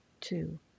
Two